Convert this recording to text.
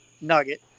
nugget